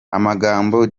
amagambo